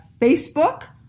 Facebook